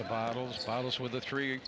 the bottles bottles with a three